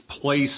Place